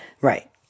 Right